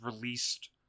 released